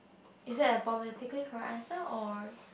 is that a positively correct answer or